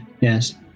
Yes